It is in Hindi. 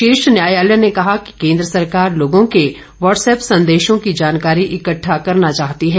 शीर्ष न्यायालय ने कहा कि केन्द्र सरकार लोगों के व्हाट्सअप संदेशों की जानकारी इकहा करना चाहती है